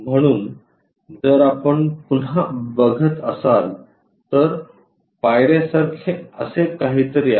म्हणून जर आपण पुन्हा बघत असाल तर पायर्यासारखे असे काहीतरी आहे